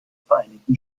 vereinigten